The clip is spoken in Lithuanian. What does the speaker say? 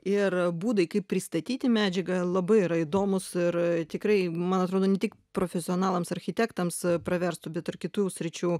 ir būdai kaip pristatyti medžiagą labai yra įdomūs ir tikrai man atrodo ne tik profesionalams architektams praverstų bet ir kitų sričių